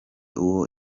uwo